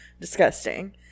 Disgusting